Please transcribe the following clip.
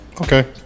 okay